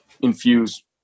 infuse